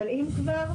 אבל אם כבר,